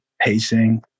pacing